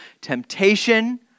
temptation